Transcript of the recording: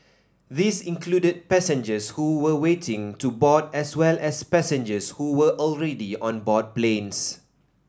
these included passengers who were waiting to board as well as passengers who were already on board planes